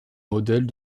modèle